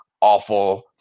awful